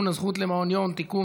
(הזכות למעון יום) (תיקון מס' 4),